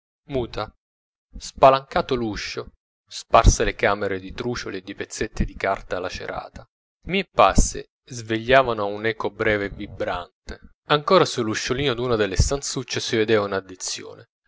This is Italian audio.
muta spalancato l'uscio sparse le camere di trucioli e di pezzetti di carta lacerata i miei passi svegliavano un'eco breve e vibrante ancora sull'usciolino d'una delle stanzucce si vedeva un'addizione